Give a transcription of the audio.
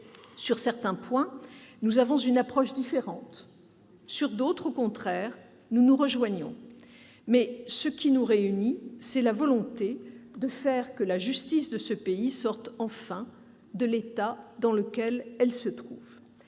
Sur certains points, nous avons une approche différente. Sur d'autres, au contraire, nous nous rejoignons. Mais, ce qui nous réunit, c'est la volonté de faire que la justice de ce pays sorte enfin de l'état dans lequel elle se trouve.